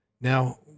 Now